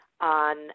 on